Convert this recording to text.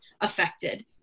affected